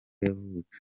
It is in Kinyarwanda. yavutse